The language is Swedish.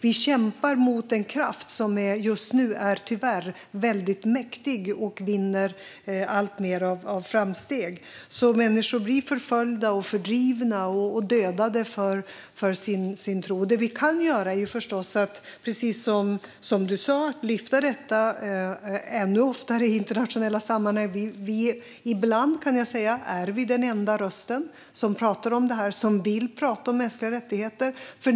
Vi kämpar mot en kraft som just nu tyvärr är väldigt mäktig och som gör allt större framsteg. Människor blir förföljda, fördrivna och dödade för sin tro. Det vi kan göra är förstås - precis som du sa, Désirée Pethrus - att lyfta upp detta ännu oftare i internationella sammanhang. Ibland, kan jag säga, är vi den enda röst som talar om detta - den enda röst som vill tala om mänskliga rättigheter.